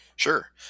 Sure